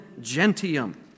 Gentium